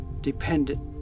dependent